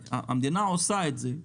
המדינה עושה את זה,